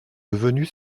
devenu